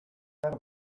zer